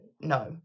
no